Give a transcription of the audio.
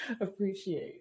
appreciate